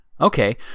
Okay